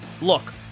Look